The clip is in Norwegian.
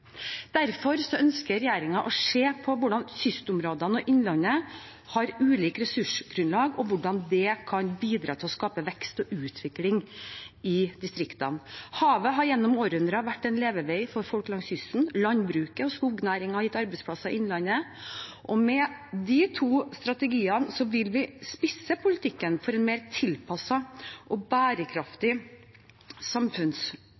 Derfor ønsker regjeringen å se på hvordan det at kystområdene og innlandet har ulikt ressursgrunnlag, kan bidra til å skape vekst og utvikling i distriktene. Havet har gjennom århundrer vært en levevei for folk langs kysten, landbruket og skognæringen har gitt arbeidsplasser i innlandet, og med de to strategiene vil vi spisse politikken for å få en mer tilpasset og